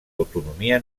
autonomia